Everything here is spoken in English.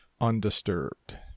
undisturbed